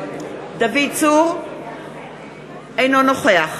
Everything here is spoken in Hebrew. אינו נוכח